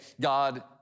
God